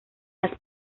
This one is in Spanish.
las